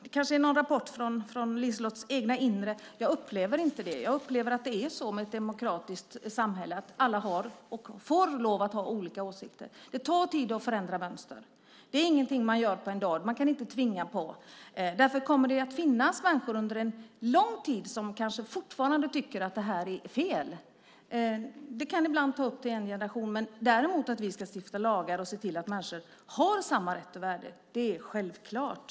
Det kanske är någon rapport från LiseLottes eget inre? Jag upplever inte detta. Jag upplever att det i ett demokratiskt samhälle är så att alla får lov att ha olika åsikter. Det tar tid att förändra mönster. Det är ingenting man gör på en dag. Man kan inte tvinga på detta. Därför kommer det kanske att finnas människor under lång tid som fortfarande tycker att det här är fel. Det kan ibland ta upp till en generation. Men att vi ska stifta lagar och se till att människor har samma rätt och värde är självklart.